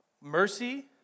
Mercy